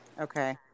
okay